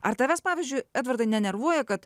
ar tavęs pavyzdžiui edvardai nenervuoja kad